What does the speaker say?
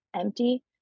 empty